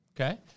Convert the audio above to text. Okay